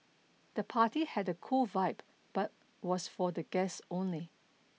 the party had a cool vibe but was for the guests only